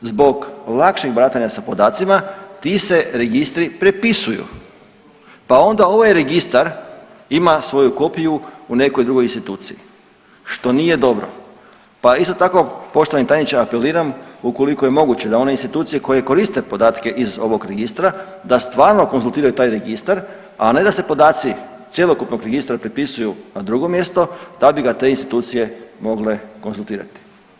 Zbog lakšeg baratanja sa podacima, ti se registri prepisuju pa onda ovaj registar ima svoju kopiju u nekoj drugoj instituciji, što nije dobro pa isto tako, poštovani tajniče, apeliram, ukoliko je moguće da one institucije koje koriste podatke iz ovog Registra da stvarno konzultiraju taj Registar, a ne da se podaci cjelokupnog registra prepisuju na drugo mjesto da bi ga te institucije mogle konzultirati.